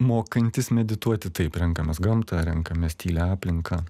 mokantis medituoti taip renkamės gamtą renkamės tylią aplinką